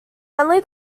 only